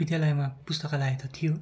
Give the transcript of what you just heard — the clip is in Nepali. विद्यालयमा पुस्तकालय त थियो